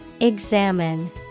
Examine